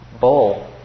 bowl